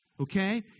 okay